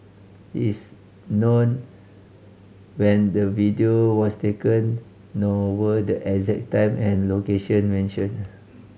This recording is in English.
it is not known when the video was taken nor were the exact time and location mentioned